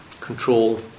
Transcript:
control